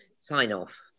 sign-off